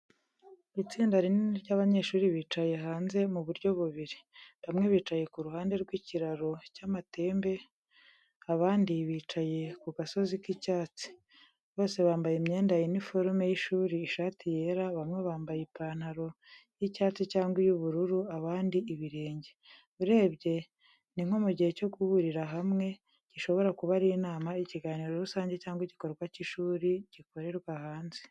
Itsinda rinini ry’abanyeshuri bicaye hanze mu buryo bubiri: bamwe bicaye ku ruhande rw’ikiraro cy’amatembe, abandi bicaye ku gasozi k’icyatsi. Bose bambaye imyenda ya uniforume y’ishuri ishati yera, bamwe bambaye ipantaro y’icyatsi cyangwa iy’ubururu, abandi ibirenge. Urebye, ni nko mu gihe cyo guhurira hamwe, gishobora kuba ari inama, ikiganiro rusange, cyangwa igikorwa cy’ishuri gikorerwa hanze.